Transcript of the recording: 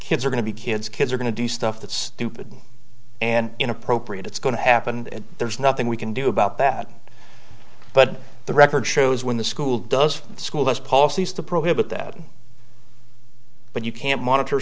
kids are going to be kids kids are going to do stuff that's stupid and inappropriate it's going to happen and there's nothing we can do about that but the record shows when the school does the school that's policies to prohibit that but you can't monitor